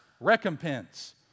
recompense